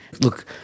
look